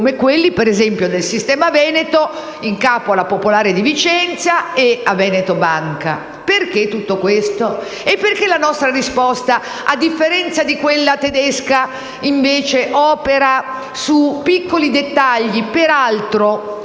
come quello del Veneto, in capo alla Banca Popolare di Vicenza e a Veneto Banca. Perché tutto questo? Perché la nostra risposta, a differenza di quella tedesca, opera su piccoli dettagli, che peraltro